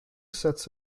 sets